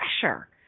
pressure